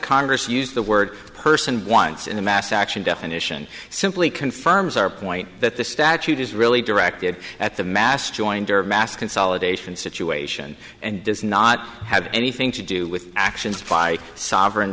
congress used the word person once in a mass action definition simply confirms our point that the statute is really directed at the mass joinder mass consolidation situation and does not have anything to do with actions by sovereign